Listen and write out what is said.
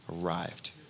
arrived